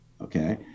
okay